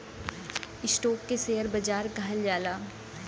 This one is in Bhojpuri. स्टोक के शेअर बाजार कहल जाला